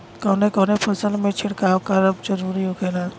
कवने कवने फसल में छिड़काव करब जरूरी होखेला?